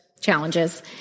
challenges